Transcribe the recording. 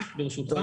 ברשותך.